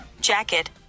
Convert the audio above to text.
jacket